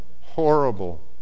horrible